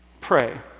pray